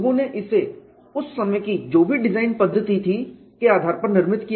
लोगों ने इसे उस समय की जो भी डिजाइन पद्धति थी के आधार पर निर्मित किया